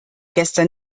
gestern